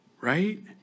Right